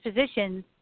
positions